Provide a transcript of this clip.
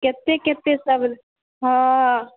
केतेक केतेक सब हँ